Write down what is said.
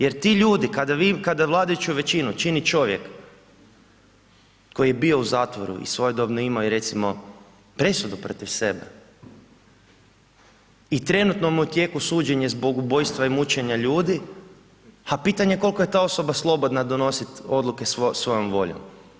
Jer ti ljudi, kada vi vladajuću većinu čini čovjek koji je bio u zatvoru i svojedobno je imao recimo i presudu protiv sebe i trenutno mu je u tijeku suđenje zbog ubojstva i mučenja ljudi, a pitanje je kolika je ta osoba slobodna donositi odluke svojom voljom.